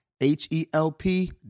H-E-L-P